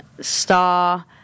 Star